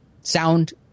sound